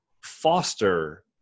foster